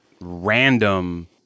random